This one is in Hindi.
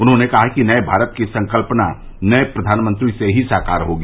उन्होंने कहा कि नये भारत की संकल्पना नये प्रधानमंत्री से ही साकार होगी